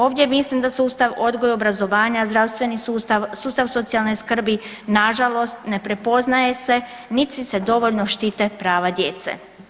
Ovdje mislim da sustav odgoja i obrazovanja, zdravstveni sustav, sustav socijalne skrbi na žalost ne prepoznaje se niti se dovoljno štite prava djece.